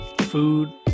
food